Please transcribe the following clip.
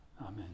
Amen